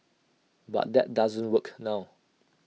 but that doesn't work now